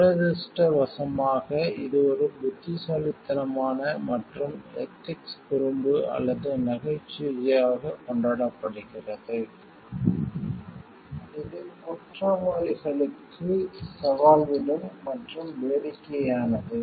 துரதிர்ஷ்டவசமாக இது ஒரு புத்திசாலித்தனமான மற்றும் எதிக்ஸ் குறும்பு அல்லது நகைச்சுவையாக கொண்டாடப்படுகிறது இது குற்றவாளிகளுக்கு சவால் விடும் மற்றும் வேடிக்கையானது